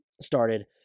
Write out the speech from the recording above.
started